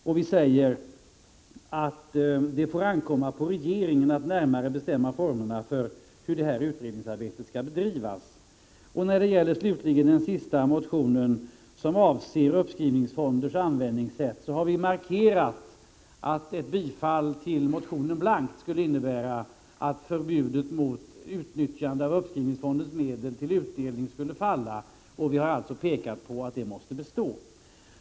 Och vi säger att det får ankomma på regeringen att närmare bestämma formerna för hur detta utredningsarbete skall bedrivas. När det slutligen gäller den motion som avser användning av uppskrivningsfonder har vi markerat att ett blankt bifall till motionen skulle innebära att förbudet mot utnyttjande av uppskrivningsfondens medel till utdelning skulle falla, och vi har också pekat på att det måste bestå.